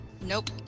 nope